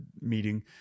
meeting